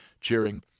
cheering